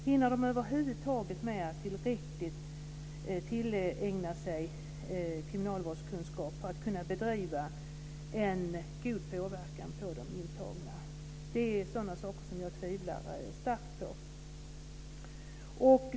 Hinner de över huvud taget med att tillägna sig kriminalvårdskunskap för att kunna ha en god påverkan på de intagna? Det är sådana saker som jag tvivlar starkt på.